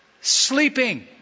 sleeping